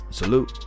salute